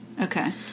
Okay